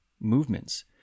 movements